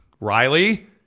Riley